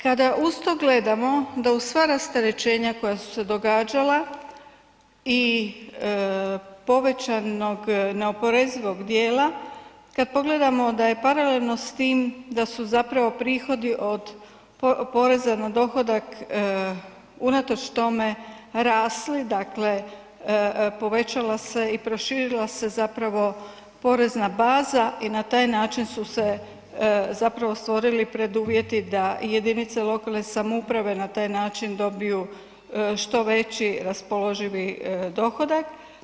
Kada uz to gledamo da uz sva rasterećenja koja su se događala i povećanog neoporezivog dijela, kad pogledamo da je paralelno s tim, da su zapravo prihodi od poreza na dohodak unatoč tome rasli, dakle povećala se i proširila se zapravo porezna baza i na taj način su se zapravo stvorili preduvjeti da jedinice lokalne samouprave na taj način dobiju što veći raspoloživi dohodak.